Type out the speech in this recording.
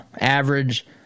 average